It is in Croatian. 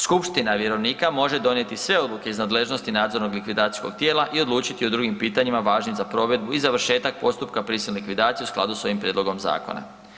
Skupština vjerovnika može donijeti sve odluke iz nadležnosti nadzornog likvidacijskog tijela i odlučiti o drugim pitanjima važnim za provedbu i završetak postupka prisilne likvidacije u skladu s ovim prijedlogom zakona.